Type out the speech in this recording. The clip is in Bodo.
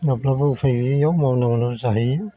अब्लाबो उफाय गैयैयाव मावनांगौ जाहैयो